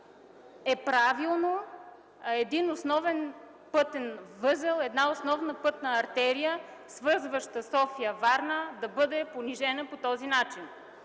е правилно, основен пътен възел, основна пътна артерия, свързваща София и Варна, да бъде понижена по този начин?